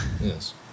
Yes